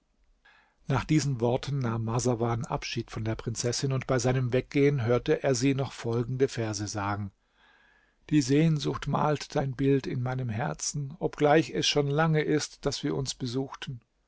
nach diesen worten nahm marsawan abschied von der prinzessin und bei seinem weggehen hörte er sie noch folgende verse sagen die sehnsucht malt dein bild in meinem herzen obgleich es schon lange ist daß wir uns besuchten